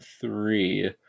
three